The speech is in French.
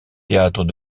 théâtre